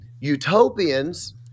Utopians